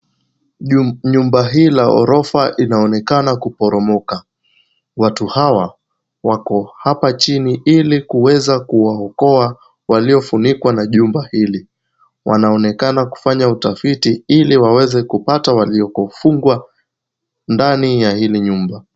Nyumba hii ya ghorofa inaonekana kuporomoka. Watu hawa wako hapa chini ili kuweza kuwaokoa waliofunikwa na jumba hili. Wanaonekana kufanya utafiti, ili waweze kupata waliofungwa ndani ya hili nyumba.